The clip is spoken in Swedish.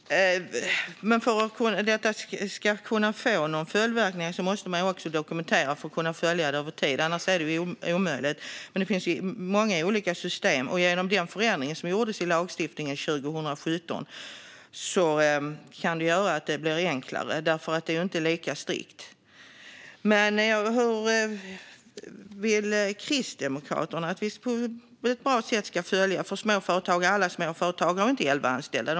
Herr talman! För att detta ska kunna få följdverkningar måste det följas över tid och dokumenteras. Annars är det omöjligt. Det finns dock många olika system. Och den förändring som gjordes i lagstiftningen 2017 kan göra det enklare, för nu är det inte lika strikt. Hur vill Kristdemokraterna att vi på ett bra sätt ska följa upp detta? Alla småföretag har inte elva anställda.